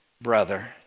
brother